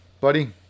buddy